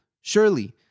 Surely